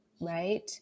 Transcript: right